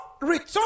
Return